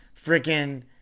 freaking